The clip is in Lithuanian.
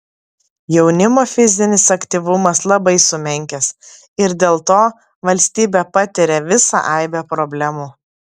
jaunimo fizinis aktyvumas labai sumenkęs ir dėl to valstybė patiria visą aibę problemų